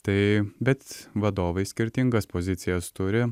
tai bet vadovai skirtingas pozicijas turi